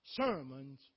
sermons